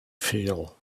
feel